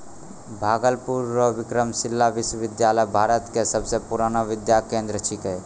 भागलपुर रो विक्रमशिला विश्वविद्यालय भारत के सबसे पुरानो विद्या केंद्र छिकै